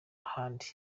ahandi